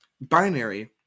Binary